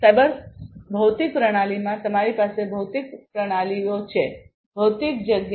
તેથી સાયબર ભૌતિક પ્રણાલીમાં તમારી પાસે ભૌતિક પ્રણાલીઓ છે ભૌતિક જગ્યા